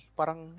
parang